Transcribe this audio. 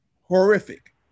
horrific